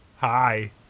Hi